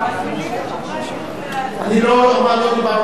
אני לא דיברתי לשלילה.